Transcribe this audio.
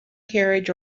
carriage